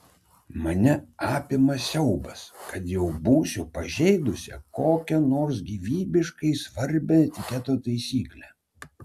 mane apima siaubas kad jau būsiu pažeidusi kokią nors gyvybiškai svarbią etiketo taisyklę